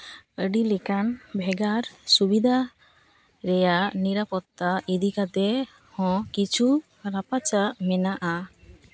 ᱟᱹᱰᱤ ᱞᱮᱠᱟᱱ ᱵᱷᱮᱜᱟᱨ ᱥᱩᱵᱤᱫᱟ ᱨᱮᱭᱟᱜ ᱱᱤᱨᱟᱯᱚᱛᱛᱟ ᱤᱫᱤ ᱠᱟᱛᱮᱫ ᱦᱚᱸ ᱠᱤᱪᱷᱩ ᱨᱟᱯᱟᱪᱟᱜ ᱢᱮᱱᱟᱜᱼᱟ